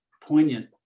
poignant